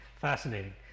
fascinating